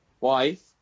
Wife